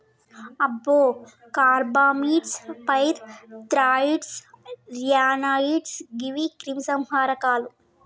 అబ్బో carbamates, pyrethroids, ryanoids గీవి క్రిమి సంహారకాలు